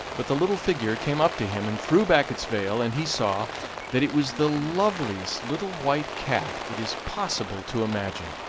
but the little figure came up to him and threw back its veil, and he saw that it was the loveliest little white cat it is possible to imagine.